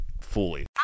fully